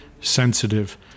sensitive